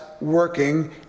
working